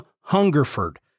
Hungerford